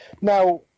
Now